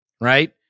right